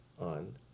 on